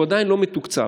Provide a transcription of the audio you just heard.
והוא עדיין לא מתוקצב.